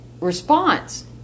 response